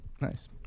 Nice